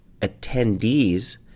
attendees –